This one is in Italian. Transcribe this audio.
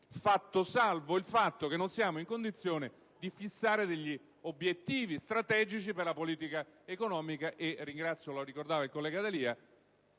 fatto salvo il fatto che non siamo in condizione di fissare degli obiettivi strategici per la politica economica. Questo, come ricordava il senatore D'Alia,